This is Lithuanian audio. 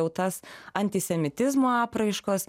jau tas antisemitizmo apraiškos